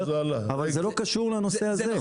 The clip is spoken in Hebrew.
אבל, זה לא קשור לנושא הזה.